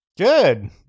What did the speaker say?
Good